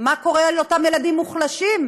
מה קורה עם אותם ילדים מוחלשים,